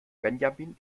benjamin